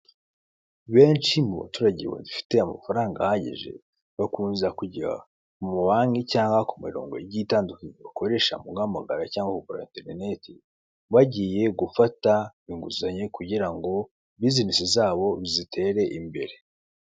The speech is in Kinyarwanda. Benshi mu baturage bafite amafaranga ahagije bakunze kujya mu mabanki cyangwa ku mirongo igiye itandukanye bakoresha mu guhamagara cyangwa kugura interineti bagiye gufata inguzanyo kugira ngo bizinesi zabo zitere imbere.